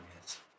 yes